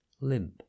limp